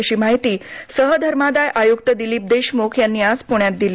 अशी माहिती सहधर्मादाय आयुक्त दिलिप देशमुख यांनी आज पुण्यात दिली